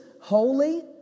holy